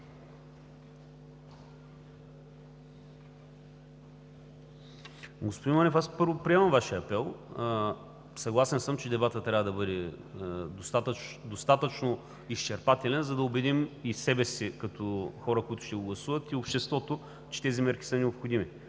Господин Манев, първо, приемам Вашия апел. Съгласен съм, че дебатът трябва да бъде достатъчно изчерпателен, за да убедим и себе си като хора, които ще го гласуват, и обществото, че тези мерки са необходими.